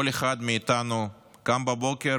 כל אחד מאיתנו קם בבוקר